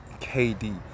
KD